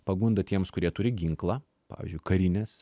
pagunda tiems kurie turi ginklą pavyzdžiui karinės